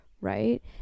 right